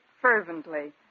Fervently